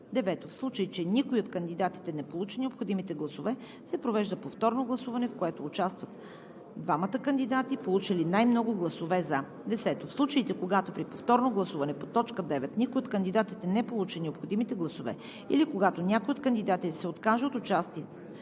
тях. 9. В случай че никой от кандидатите не получи необходимите гласове, се провежда повторно гласуване, в което участват двамата кандидати, получили най-много гласове „за“. 10. В случаите, когато при повторно гласуване по т. 9 никой от кандидатите не получи необходимите гласове или когато някои от кандидатите се откаже от участие